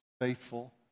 faithful